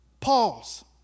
Pause